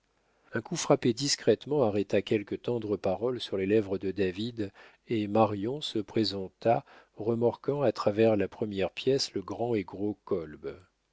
un coup frappé discrètement arrêta quelque tendre parole sur les lèvres de david et marion se présenta remorquant à travers la première pièce le grand et gros